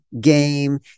game